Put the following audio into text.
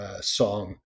song